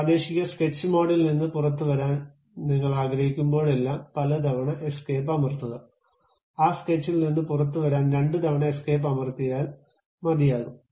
പ്രാദേശിക സ്കെച്ച് മോഡിൽ നിന്ന് പുറത്തുവരാൻ നിങ്ങൾ ആഗ്രഹിക്കുമ്പോഴെല്ലാം പലതവണ എസ്കേപ്പ് അമർത്തുക ആ സ്കെച്ചിൽ നിന്ന് പുറത്തുവരാൻ രണ്ടുതവണ എസ്കേപ്പ് അമർത്തിയാൽമതിയാകും